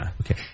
Okay